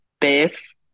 base